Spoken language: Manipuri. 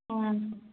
ꯎꯝ